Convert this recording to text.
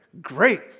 great